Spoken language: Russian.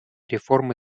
реформы